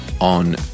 on